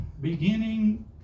beginning